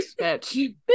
bitch